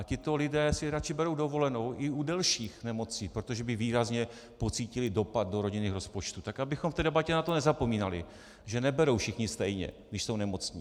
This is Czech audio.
Tito lidé si raději berou dovolenou i u delších nemocí, protože by výrazně pocítili dopad do rodinných rozpočtů, tak abychom v té debatě nezapomínali, že neberou všichni stejně, když jsou nemocní.